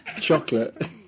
chocolate